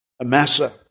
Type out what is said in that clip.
Amasa